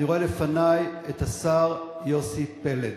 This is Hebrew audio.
אני רואה לפני את השר יוסי פלד,